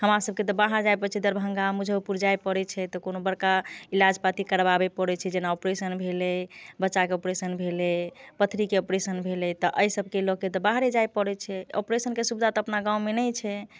हमरा सभके तऽ बाहर जाइ पड़ै छै दरभङ्गा मुजफ्फरपुर जाइ पड़ै छै तऽ कोनो बड़का इलाज पाति करबाबै पड़ै छै जेना ऑपरेशन भेलै बच्चाके ऑपरेशन भेलै पथरीके ऑपरेशन भेलै तऽ एइ सभके लऽकऽ तऽ बाहरे जाइ पड़ै छै ऑपरेशनके सुविधा तऽ अपना गाँवमे नहि छै